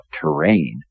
terrain